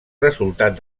resultat